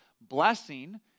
blessing